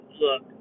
look